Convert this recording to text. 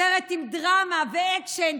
סרט עם דרמה ואקשן,